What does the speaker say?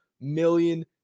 million